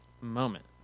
moment